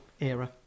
era